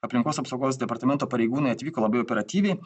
aplinkos apsaugos departamento pareigūnai atvyko labai operatyviai